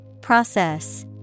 Process